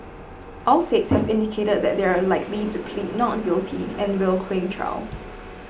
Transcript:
all six have indicated that they are likely to plead not guilty and will claim trial